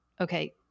okay